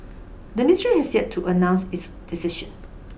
the ministry has yet to announce its decision